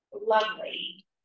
lovely